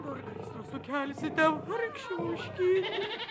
dar gaisrą sukelsite vargšė ožkytė